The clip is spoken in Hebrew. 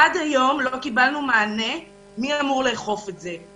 עד היום לא קיבלנו מענה מי אמור לאכוף את זה.